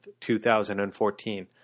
2014